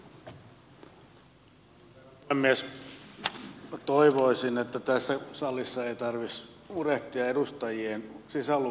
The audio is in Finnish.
minä toivoisin että tässä salissa ei tarvitsisi murehtia edustajien sisälukutaidosta